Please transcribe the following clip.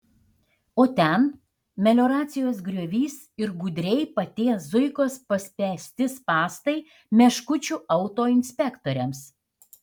o ten melioracijos griovys ir gudriai paties zuikos paspęsti spąstai meškučių autoinspektoriams